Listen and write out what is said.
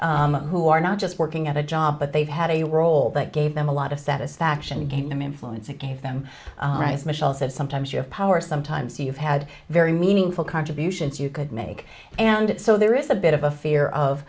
who are not just working at a job but they've had a role that gave them a lot of satisfaction came influence it gave them rights michelle said sometimes you have power sometimes you've had very meaningful contributions you could make and so there is a bit of a fear of